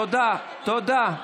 תודה רבה.